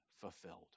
fulfilled